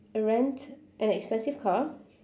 uh rent an expensive car